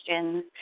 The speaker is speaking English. questions